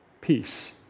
peace